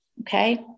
okay